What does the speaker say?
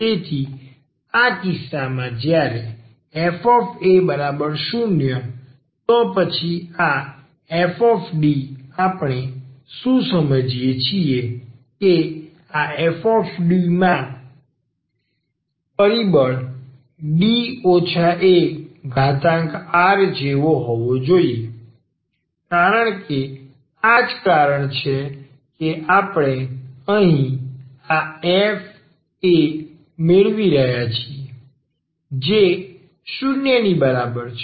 તેથી આ કિસ્સામાં જ્યારે આ fa0 તો પછી આ f આપણે શું સમજીએ છીએ કે આ f માં પરિબળ D ar હોવો જોઈએ કારણ કે આ જ કારણ છે કે આપણે અહીં આ f a મેળવી રહ્યા છીએ જે 0 ની બરાબર છે